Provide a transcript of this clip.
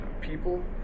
people